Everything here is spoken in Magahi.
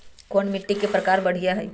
कोन मिट्टी के प्रकार बढ़िया हई?